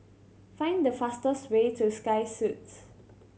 find the fastest way to Sky Suites